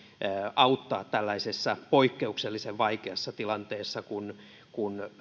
auttaa tällaisessa poikkeuksellisen vaikeassa tilanteessa kun kun